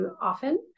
often